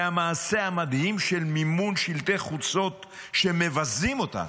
והמעשה המדהים של מימון שלטי חוצות שמבזים אותה.